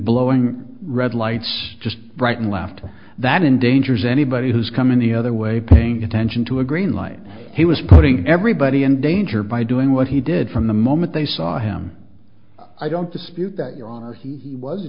blowing red lights just right and left that endangers anybody who's come in the other way paying attention to a green light he was putting everybody in danger by doing what he did from the moment they saw him i don't dispute that your honor he was